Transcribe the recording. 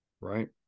Right